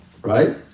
Right